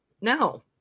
No